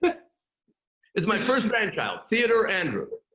but it's my first grandchild. theodore andrew.